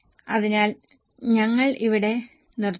അതിനാൽ ഞങ്ങൾ ഇവിടെ നിർത്തുന്നു